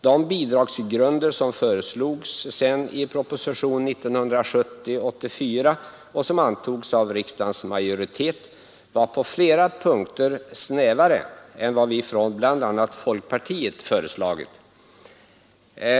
De bidragsgrunder som sedan föreslogs i propositionen 84 år 1970 och som antogs av riksdagens majoritet var på flera punkter snävare än vad vi från bl.a. folkpartiet föreslagit.